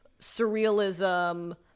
surrealism